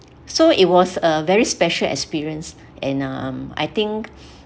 so it was a very special experience and um I think